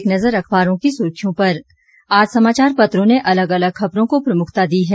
एक नज़र अखबारों की सुर्खियों पर आज समाचार पत्रों ने अलग अलग खबरों को प्रमुखता दी है